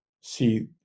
see